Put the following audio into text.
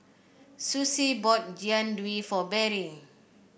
Sussie bought Jian Dui for Berry